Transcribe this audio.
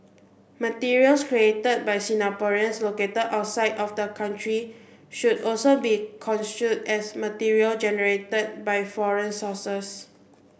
materials created by Singaporeans located outside of the country should also be construed as material generated by foreign sources